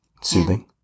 Soothing